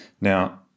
now